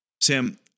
Sam